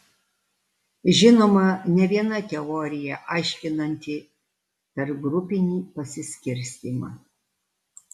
žinoma ne viena teorija aiškinanti tarpgrupinį pasiskirstymą